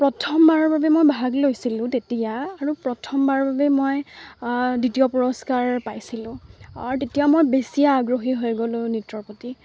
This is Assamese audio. প্ৰথমবাৰৰ বাবে মই ভাগ লৈছিলোঁ তেতিয়া আৰু প্ৰথমবাৰৰ বাবে মই দ্বিতীয় পুৰস্কাৰ পাইছিলোঁ আৰু তেতিয়া মই বেছিয়ে আগ্ৰহী হৈ গ'লোঁ নৃত্যৰ প্ৰতি